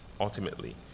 ultimately